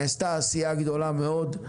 נעשתה עשייה גדולה מאוד,